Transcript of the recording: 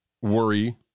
Worry